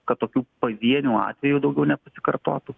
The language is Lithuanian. kad tokių pavienių atvejų daugiau nepasikartotų